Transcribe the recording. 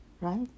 right